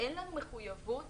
אין מחויבות